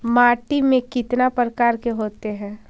माटी में कितना प्रकार के होते हैं?